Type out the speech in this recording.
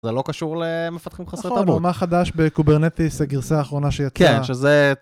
זה לא קשור למפתחים חסרי תרבות. נכון, מה חדש בקוברנטיס הגרסה האחרונה שיצאה? כן, שזה...